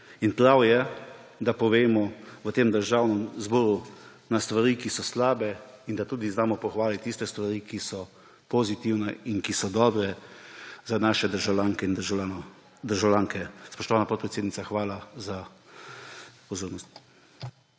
In prav je, da spregovorimo v Državnem zboru o stvareh, ki so slabe, in da tudi znamo pohvaliti tiste stvari, ki so pozitivne in ki so dobre za naše državljanke in državljane. Spoštovana podpredsednica, hvala za pozornost.